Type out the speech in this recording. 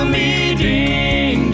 meeting